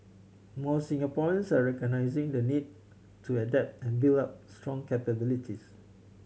more Singaporeans are recognising the need to adapt and build up strong capabilities